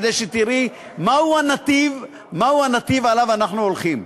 כדי שתראי מהו הנתיב שאליו אנחנו הולכים.